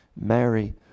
Mary